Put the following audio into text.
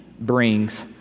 brings